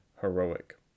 heroic